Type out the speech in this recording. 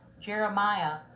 Jeremiah